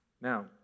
Now